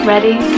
Ready